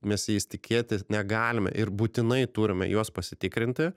mes jais tikėti negalime ir būtinai turime juos pasitikrinti